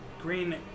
Green